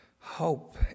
hope